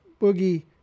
Boogie